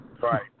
Right